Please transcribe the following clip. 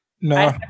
no